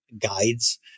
guides